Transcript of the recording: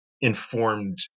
informed